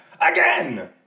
Again